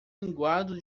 linguado